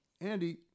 andy